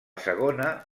segona